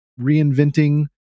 reinventing